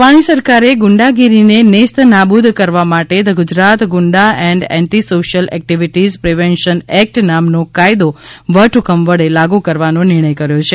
રૂપાણી સરકારે ગુંડાગીરી ને નેસ્તનાબુદ કરવા માટે the Gujarat Gunda and anti social activities prevention act નામનો કાયદો વટહુકમ વડે લાગુ કરવાનો નિર્ણય કર્યો છે